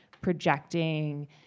projecting